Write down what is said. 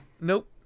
Nope